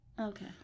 Okay